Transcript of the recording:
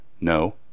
No